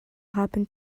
happen